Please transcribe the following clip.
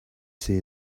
see